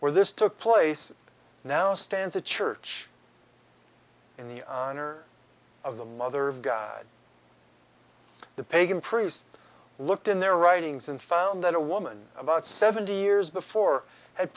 where this took place now stands a church in the honor of the mother of the pagan priest looked in their writings and found that a woman about seventy years before ha